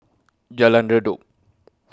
Jalan Redop